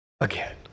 again